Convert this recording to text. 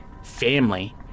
Family